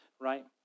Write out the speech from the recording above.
right